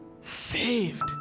saved